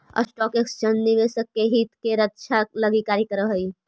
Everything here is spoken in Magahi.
स्टॉक एक्सचेंज निवेशक के हित के रक्षा लगी कार्य करऽ हइ